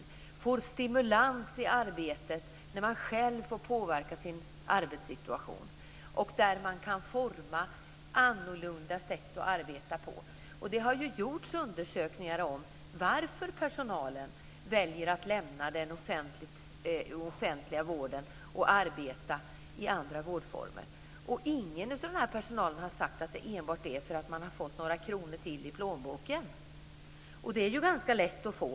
De får stimulans i arbetet när de själva kan påverka sin arbetssituation och när de kan forma annorlunda sätt att arbeta på. Det har gjorts undersökningar av varför personalen väljer att lämna den offentliga vården och arbeta i andra vårdformer. Ingen har sagt att det enbart var för att de har fått några ytterligare kronor i plånboken, och det är ganska lätt att få.